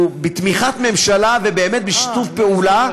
שהוא בתמיכת ממשלה ובאמת בשיתוף פעולה,